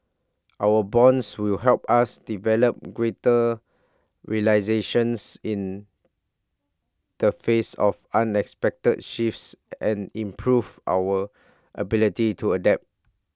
our bonds will help us develop greater resilience in the face of unexpected shifts and improve our ability to adapt